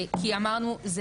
כי אמרנו,